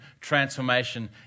transformation